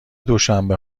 دوشنبه